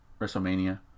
WrestleMania